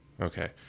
okay